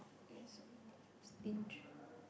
so stinge